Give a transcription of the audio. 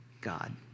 God